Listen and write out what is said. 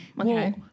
okay